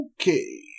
Okay